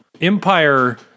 Empire